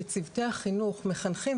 שצוותי החינוך מחנכים,